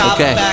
Okay